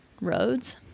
roads